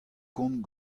kont